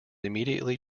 immediately